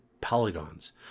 polygons